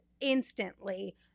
instantly